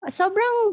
sobrang